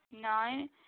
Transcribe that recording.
Nine